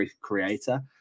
creator